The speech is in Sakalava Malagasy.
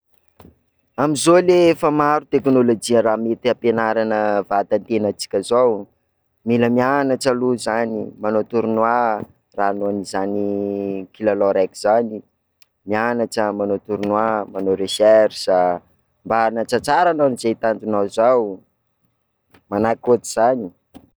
Amin'izao ley efa maro teknolojia raha mety ampianarana vatantenatsika zao, mila mianatra aloha zany, manao tournoi, raha hanao an'izany kilalao raiky zany, mianatra, manao tournoi, manao recherche mba hanatratraranao an'izay tanjonao zao, manahaky ohatr'izany.